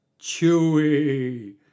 chewy